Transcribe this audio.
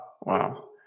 Wow